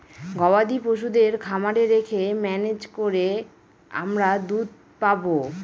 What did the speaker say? গবাদি পশুদের খামারে রেখে ম্যানেজ করে আমরা দুধ পাবো